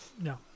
no